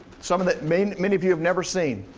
someone that many many of you have never seen,